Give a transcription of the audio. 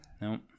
Nope